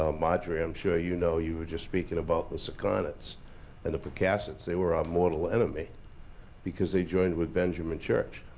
ah marjorie, i'm sure you know, you were just speaking about the sakonnets and the pocassets. they were our mortal enemy because they joined with benjamin church.